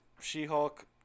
She-Hulk